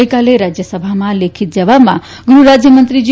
ગઈકાલે રાજ્યસભામાં લેખિત જવાબમાં ગૃહરાજ્યમંત્રી જી